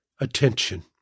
attention